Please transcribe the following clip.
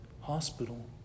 hospital